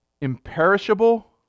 imperishable